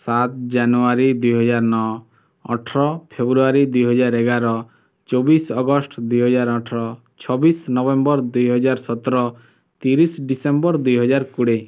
ସାତ ଜାନୁଆରୀ ଦୁଇହଜାର ନଅ ଅଠର ଫେବୃଆରୀ ଦୁଇ ହଜାର ଏଗାର ଚବିଶ ଅଗଷ୍ଟ ଦୁଇହଜାର ଅଠର ଛବିଶ ନଭେମ୍ବର ଦୁଇହଜାର ସତର ତିରିଶ ଡ଼ିସେମ୍ବର ଦୁଇହଜାର କୋଡ଼ିଏ